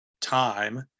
time